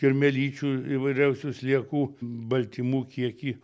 kirmėlyčių įvairiausių sliekų baltymų kiekį